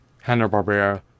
Hanna-Barbera